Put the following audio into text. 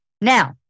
Now